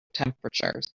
temperatures